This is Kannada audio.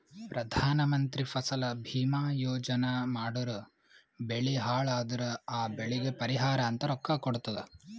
ಪ್ರಧಾನ ಮಂತ್ರಿ ಫಸಲ ಭೀಮಾ ಯೋಜನಾ ಮಾಡುರ್ ಬೆಳಿ ಹಾಳ್ ಅದುರ್ ಆ ಬೆಳಿಗ್ ಪರಿಹಾರ ಅಂತ ರೊಕ್ಕಾ ಕೊಡ್ತುದ್